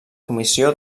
comissió